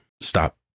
stop